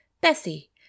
Bessie